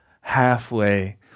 halfway